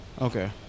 Okay